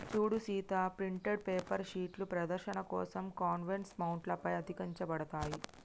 సూడు Sita printed paper షీట్లు ప్రదర్శన కోసం కాన్వాస్ మౌంట్ల పై అతికించబడతాయి